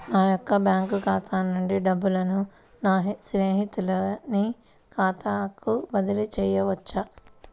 నా యొక్క బ్యాంకు ఖాతా నుండి డబ్బులను నా స్నేహితుని ఖాతాకు బదిలీ చేయవచ్చా?